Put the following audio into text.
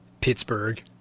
Pittsburgh